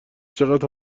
چقدر